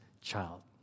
child